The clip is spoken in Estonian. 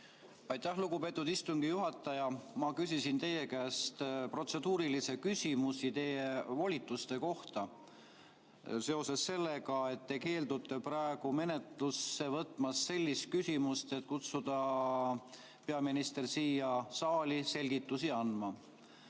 Aitäh, lugupeetud istungi juhataja! Ma küsisin teie käest protseduurilisi küsimusi teie volituste kohta seoses sellega, et te keeldute praegu menetlusse võtmast sellist küsimust, et kutsuda peaminister siia saali selgitusi andma.